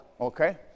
okay